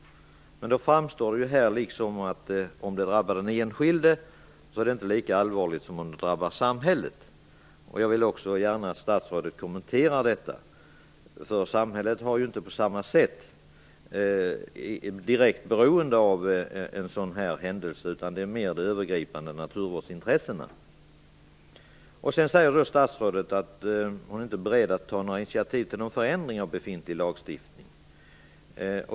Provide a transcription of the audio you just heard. Men då framstår det som om det inte är lika allvarligt om det drabbar den enskilde som om det drabbar samhället. Jag vill gärna att statsrådet också kommenterar detta. Samhället är ju inte på samma sätt direkt beroende av en sådan här händelse utan mer av de övergripande naturvårdsintressena. Vidare säger statsrådet att hon inte är beredd att ta några initiativ till någon förändring av befintlig lagstiftning.